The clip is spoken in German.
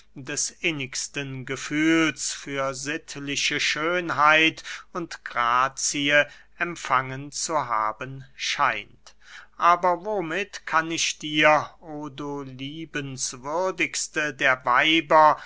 des innigsten gefühls für sittliche schönheit und grazie empfangen zu haben scheint aber womit kann ich dir o du liebenswürdigste der weiber